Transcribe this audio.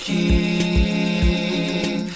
King